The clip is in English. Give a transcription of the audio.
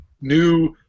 new